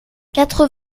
quatre